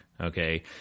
okay